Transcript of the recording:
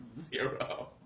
Zero